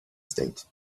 state